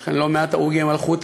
יש כאן לא מעט הרוגי מלכות,